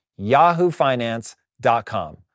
yahoofinance.com